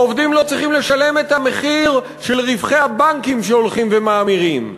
העובדים לא צריכים לשלם את המחיר של רווחי הבנקים שהולכים ומאמירים.